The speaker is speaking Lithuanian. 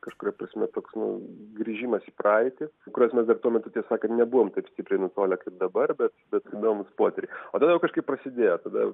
kažkokia prasme toks nu grįžimas į praeitį kurios mes dar tuo metu tiesą sakant nebuvom taip stipriai nutolę kaip dabarbet bet įdomūs potyriai o tada jau kažkaip prasidėjo tada